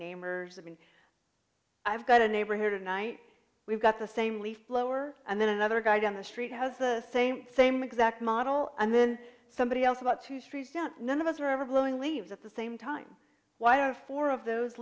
namers i mean i've got a neighbor here tonight we've got the same leaf blower and then another guy down the street has the same same exact model and then somebody else about two streets down none of us were ever blowing leaves at the same time why are four of those